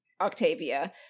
Octavia